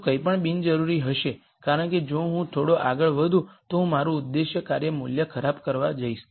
વધુ કંઈપણ બિનજરૂરી હશે કારણ કે જો હું થોડો આગળ વધું તો હું મારું ઉદ્દેશ્ય કાર્ય મૂલ્ય ખરાબ કરવા જઈશ